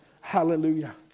hallelujah